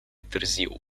târziu